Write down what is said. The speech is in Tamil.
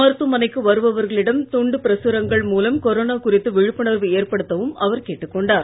மருத்துவமனைக்குவருபவர்களிடம்துண்டுபிரசுரங்கள்மூலம்கொரோனாகு றித்துவிழிப்புணர்வுஏற்படுத்தவும்அவர்கேட்டுக்கொண்டார்